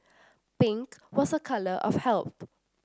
pink was a colour of health